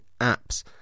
apps